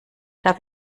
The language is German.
darf